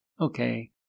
okay